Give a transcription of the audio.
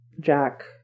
jack